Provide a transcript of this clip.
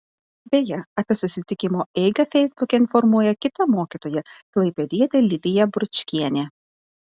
beje apie susitikimo eigą feisbuke informuoja kita mokytoja klaipėdietė lilija bručkienė